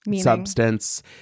substance